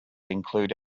include